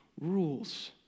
rules